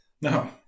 No